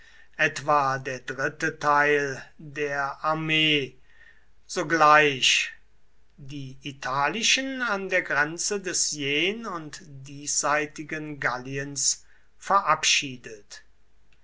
etwa der dritte teil der armee sogleich die italischen an der grenze des jen und diesseitigen galliens verabschiedet